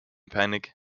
panic